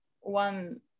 one